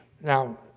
now